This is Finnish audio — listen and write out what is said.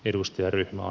arvoisa puhemies